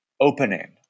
opening